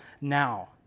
now